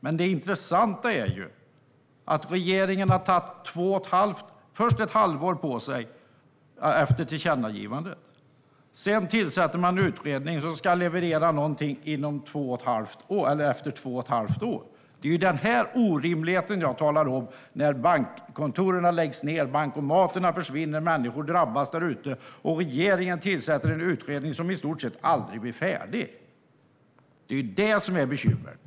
Men det intressanta är ju att regeringen först tog ett halvår på sig, efter tillkännagivandet, innan den tillsatte en utredning - som ska leverera någonting efter två och ett halvt år. Det är den orimligheten jag talar om när bankkontoren läggs ned, bankomaterna försvinner och människor drabbas där ute. Regeringen tillsätter en utredning som i stort sett aldrig blir färdig. Det är det som är bekymret.